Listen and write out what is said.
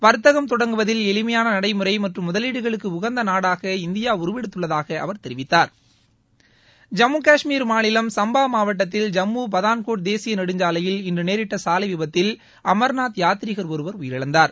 வர்த்தகம் தொடங்குவதில் எளிமையான நடைமுறை மற்றும் முதலீகளுக்கு உகந்த நாடாக இந்தியா உருவெடுத்துள்ளதாக அவர் தெரிவித்தார் ஜம்மு கஷ்மீர் மாநிலம் சம்பா மாவட்டத்தில் ஜம்மு பதான்கோட் தேசிய நெடுஞ்சாலையில் இன்று நேரிட்ட சாலை விபத்தில் அமர்நாத் யாத்ரீ ஒருவர் உயிரிழந்தார்